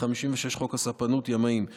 התשנ"ב 1992,